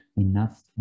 enough